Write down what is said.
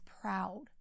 proud